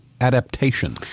adaptation